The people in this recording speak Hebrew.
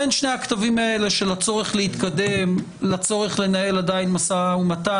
בין שני הקטבים האלה של הצורך להתקדם לבין הצורך לנהל עדיין משא ומתן